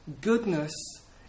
Goodness